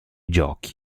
giochi